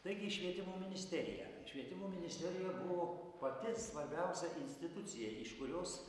taigi švietimo ministerija švietimo ministerija buvo pati svarbiausia institucija iš kurios